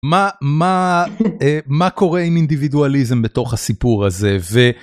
מה מה... מה קורה עם אינדיבידואליזם בתוך הסיפור הזה.